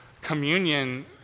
communion